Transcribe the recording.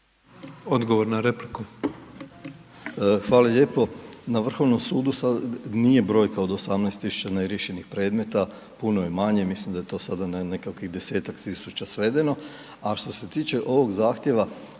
Odgovor na repliku.